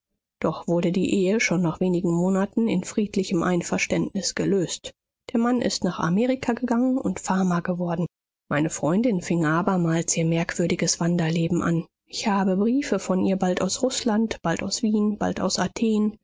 doch wurde die ehe schon nach wenigen monaten in friedlichem einverständnis gelöst der mann ist nach amerika gegangen und farmer geworden meine freundin fing abermals ihr merkwürdiges wanderleben an ich habe briefe von ihr bald aus rußland bald aus wien bald aus athen